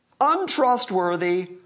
untrustworthy